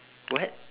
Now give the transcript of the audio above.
what